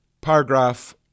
Paragraph